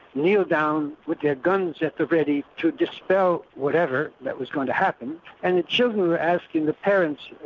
kneel down with their guns at the ready to dispel whatever that was going to happen and the children were asking the parents,